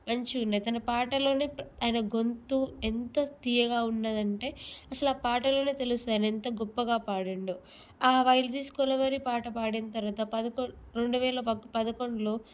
మంచిగా ఉన్నాయి తన పాటలోనే ఆయన గొంతు ఎంత తీయగా ఉన్నదంటే అసలా పాటలోనే తెలుస్తుంది ఆయన అంత గొప్పగా పాడాడో ఆ వై దిస్ కొలావెరి పాట పాడిన తర్వాత పదకొన్ రెండు వేల పదకొండులో